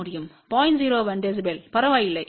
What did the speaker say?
01 decibel பரவாயில்லை